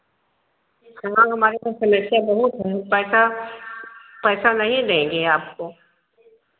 हाँ हमारे घर समस्या बहुत है पैसा पैसा नहीं देंगे आपको